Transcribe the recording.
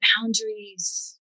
boundaries